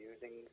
Using